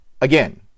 again